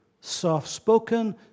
Soft-spoken